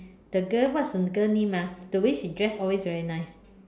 the girl what's the girl's name ah the way she dress always very nice